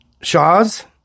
Shaws